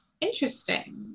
Interesting